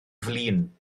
flin